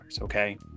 Okay